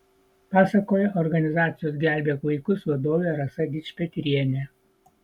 pasakoja organizacijos gelbėkit vaikus vadovė rasa dičpetrienė